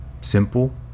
simple